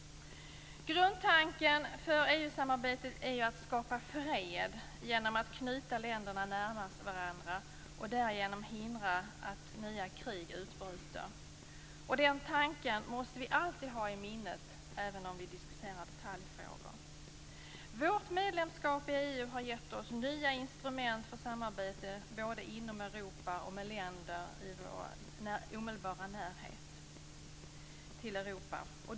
Grundtanken för EU-samarbetet är ju att skapa fred genom att knyta länderna närmare varandra och därigenom hindra att nya krig utbryter. Den tanken måste vi alltid ha i minnet även om vi diskuterar detaljfrågor. Vårt medlemskap i EU har gett oss nya instrument för samarbete både inom Europa och med länder i vår omedelbara närhet.